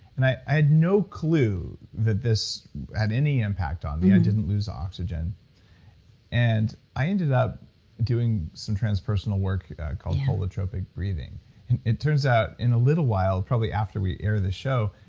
and i had no clue that this had any impact on me, i didn't lose oxygen and i ended up doing some transpersonal work called holotropic breathing, and it turns out in a little while, probably after we air this show,